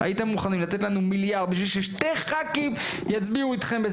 הייתם מוכנים לתת לנו מיליארד בשביל ששני ח"כים יצביעו איתכם.